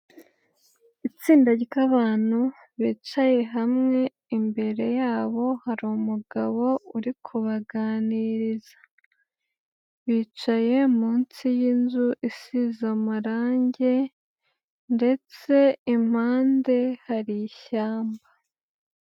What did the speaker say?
Itsinda ry'abantu bicaye hamwe, imbere yabo hari umugabo uri kubaganiriza. Bicaye munsi y'inzu isize amarange ndetse impande hari ishyamba.